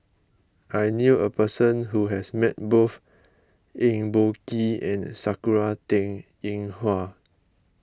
I knew a person who has met both Eng Boh Kee and Sakura Teng Ying Hua